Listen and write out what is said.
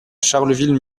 charleville